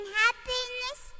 happiness